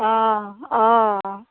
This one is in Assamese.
অ অ